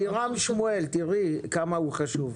לירם שמואל, תראי כמה הוא חשוב,